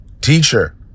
Teacher